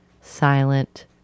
silent